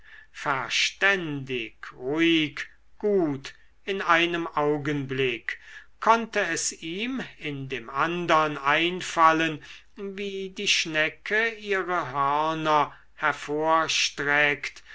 verständig ruhig gut in einem augenblick konnte es ihm in dem andern einfallen wie die schnecke ihre hörner